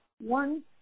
one